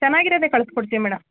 ಚೆನ್ನಾಗಿರೋದೆ ಕಳ್ಸ್ಕೊಡ್ತೀವಿ ಮೇಡಮ್